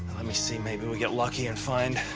let me see, maybe we get lucky and find.